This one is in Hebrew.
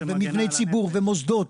מבני ציבור ומוסדות,